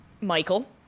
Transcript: Michael